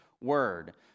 Word